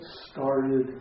started